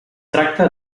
tracta